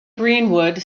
greenwood